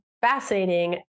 fascinating